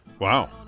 Wow